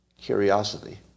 curiosity